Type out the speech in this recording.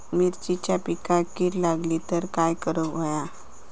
मिरचीच्या पिकांक कीड लागली तर काय करुक होया?